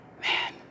man